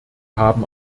haben